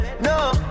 No